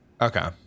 Okay